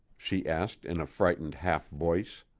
she asked in a frightened half-voice.